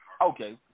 Okay